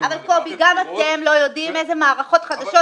גם אתם לא יודעים איזה מערכות חדשות